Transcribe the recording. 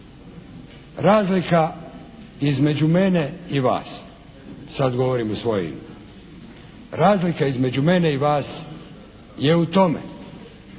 razlika između mene i vas je što